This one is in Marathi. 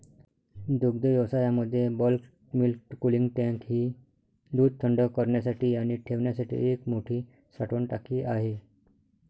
दुग्धव्यवसायामध्ये बल्क मिल्क कूलिंग टँक ही दूध थंड करण्यासाठी आणि ठेवण्यासाठी एक मोठी साठवण टाकी आहे